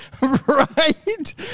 Right